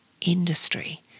industry